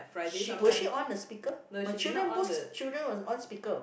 she will she on the speaker my children both children will on speaker